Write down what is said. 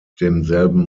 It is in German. demselben